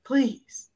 Please